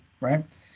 right